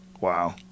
Wow